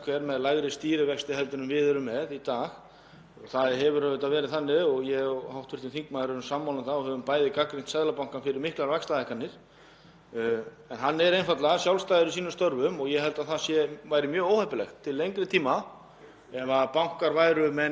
En hann er einfaldlega sjálfstæður í sínum störfum og ég held að það væri mjög óheppilegt til lengri tíma ef bankar væru með neikvæða raunvexti og ég held að þingmaðurinn átti sig vel á þeirri staðreynd. Þess vegna spyr ég hvaða úrræði þingmaðurinn myndi leggja til til þess að koma þessum